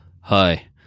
hi